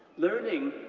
learning,